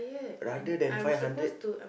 rather than five hundred